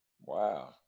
Wow